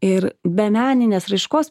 ir be meninės raiškos